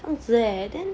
这样子 leh then